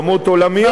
חבר הכנסת בן-סימון,